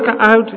out